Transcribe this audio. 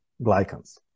glycans